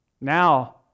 Now